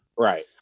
Right